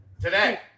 Today